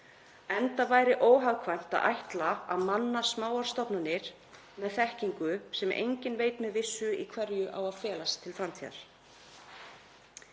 enda væri óhagkvæmt að ætla að manna smáar stofnanir með þekkingu sem enginn veit með vissu í hverju á að felast til framtíðar.